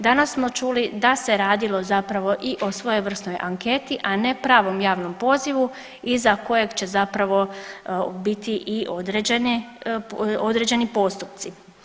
Danas smo čuli da se radilo zapravo i o svojevrsnoj anketi, a ne pravom javnom pozivu iza kojeg će zapravo biti i određeni postupci.